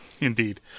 Indeed